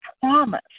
promise